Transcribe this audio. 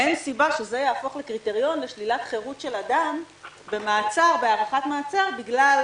אין סיבה שזה יהפוך לקריטריון לשלילת חירות של אדם בהארכת מעצר בגלל